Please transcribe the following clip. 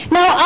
Now